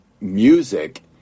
Music